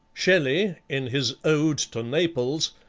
shelley, in his ode to naples,